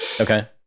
okay